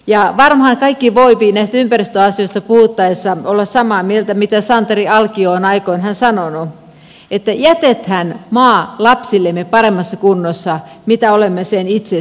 ja varmaan kaikki voivat näistä ympäristöasioista puhuttaessa olla samaa mieltä mitä santeri alkio on aikoinaan sanonut että jätetään maa lapsillemme paremmassa kunnossa kuin mitä olemme sen itse saaneet